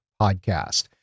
Podcast